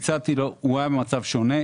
היה במצב שונה.